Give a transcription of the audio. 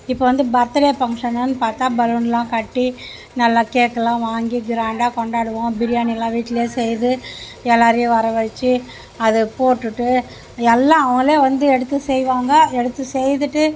இப்போ வந்து birthday ஃபங்க்ஷனுன்னு பார்த்தா பலூனெலாம் கட்டி நல்லா கேக்கெலாம் வாங்கி கிராண்டாக கொண்டாடுவோம் பிரியாணிலாம் வீட்டிலே செய்து எல்லாேரையும் வரவழைச்சி அது போட்டுவிட்டு எல்லாம் அவங்களே வந்து எடுத்து செய்வாங்க எடுத்து செய்துட்டு